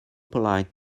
polite